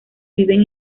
viven